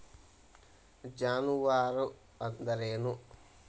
ಜಾನುವಾರು ಅಂದ್ರೇನು?